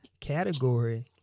category